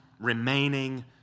remaining